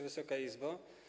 Wysoka Izbo!